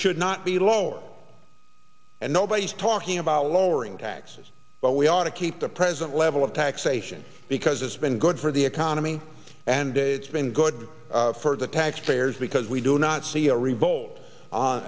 should not be lowered and nobody's talking about lowering taxes but we ought to keep the present level of taxation because it's been good for the economy and it's been good for the taxpayers because we do not see a revolt